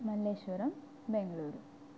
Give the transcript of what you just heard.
Malleshwara Bengaluru